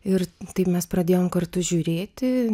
ir tai mes pradėjom kartu žiūrėti